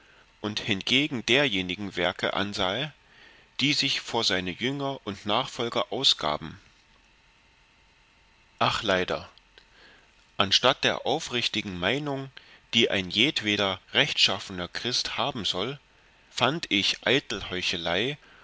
und hingegen derjenigen werke ansahe die sich vor seine jünger und nachfolger ausgaben ach leider anstatt der aufrichtigen meinung die ein jedweder rechtschaffener christ haben soll fand ich eitel heuchelei